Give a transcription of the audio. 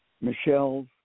Michelle's